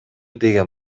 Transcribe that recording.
деген